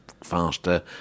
faster